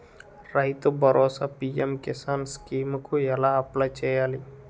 రైతు Bharosa PM Kisan scheme కు ఎలా అప్లయ్ చేయాలి?